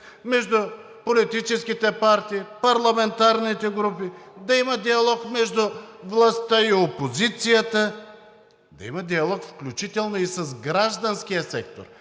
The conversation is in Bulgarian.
между политическите партии, парламентарните групи, да има диалог между властта и опозицията, да има диалог включително и с гражданския сектор,